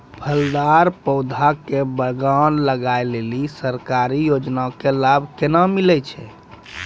फलदार पौधा के बगान लगाय लेली सरकारी योजना के लाभ केना मिलै छै?